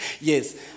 yes